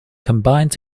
combined